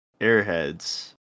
Airheads